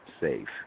safe